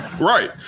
Right